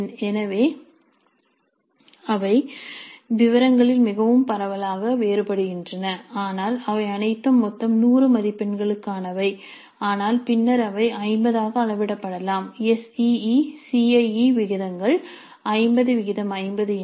எனவே அவை விவரங்களில் மிகவும் பரவலாக வேறுபடுகின்றன ஆனால் அவை அனைத்தும் மொத்தம் 100 மதிப்பெண்களுக்கானவை ஆனால் பின்னர் அவை 50 ஆக அளவிடப்படலாம் S E E C I E விகிதங்கள் 5050 எனில்